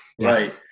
right